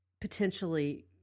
potentially